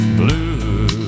blue